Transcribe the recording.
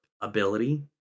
ability